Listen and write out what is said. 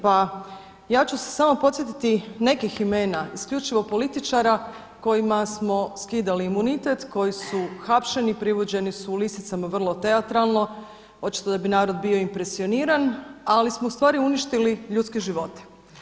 Pa, ja ću se samo podsjetiti nekih imena, isključivo političara kojima smo skidali imunitet, koji su hapšeni, privođeni su u lisicama vrlo teatralno, očito da bi narod bio impresioniran, ali smo ustvari uništili ljudske živote.